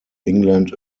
england